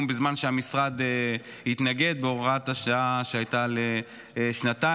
בזמן שהמשרד התנגד בהוראת השעה שהייתה לשנתיים,